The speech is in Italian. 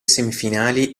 semifinali